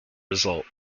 result